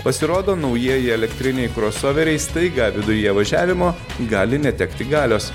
pasirodo naujieji elektriniai krosoveriai staiga viduje važiavimo gali netekti galios